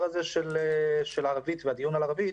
הזה של השפה הערבית והדיון על הערבית,